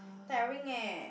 tiring eh